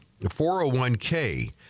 401k